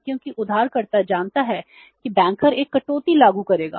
क्योंकि उधारकर्ता जानता है कि बैंकर एक कटौती लागू करेगा